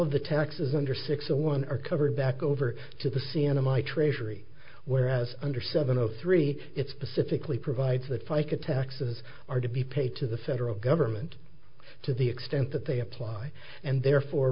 of the taxes under six to one are covered back over to the sienna my treasury whereas under seven zero three it specifically provides that fica taxes are to be paid to the federal government to the extent that they apply and therefore